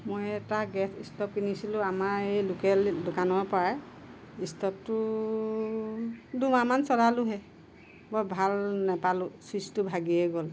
মই এটা gas stove কিনিছিলোঁ আমাৰ এই লোকেল দোকানৰ পৰাই ষ্ট'ভটো দুমাহমান চলালোহে বৰ ভাল নাপালোঁ চুইচটো ভাগিয়ে গ'ল